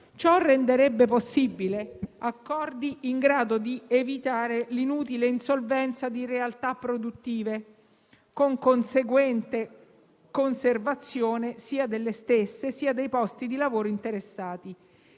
Ciò renderebbe possibile accordi in grado di evitare l'inutile insolvenza di realtà produttive, con conseguente conservazione sia delle stesse, sia dei posti di lavoro interessati.